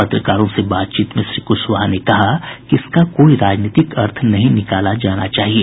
पत्रकारों से बातचीत में श्री क्शवाहा ने कहा कि इसका कोई राजनीतिक अर्थ नहीं निकाला जाना चाहिये